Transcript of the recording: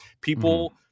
People